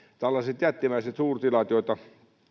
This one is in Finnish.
tällaiset jättimäiset suurtilat joita